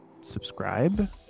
subscribe